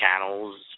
channels